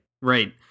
Right